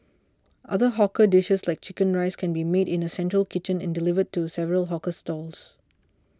other hawker dishes like Chicken Rice can be made in a central kitchen and delivered to several hawker stalls